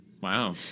Wow